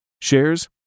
Shares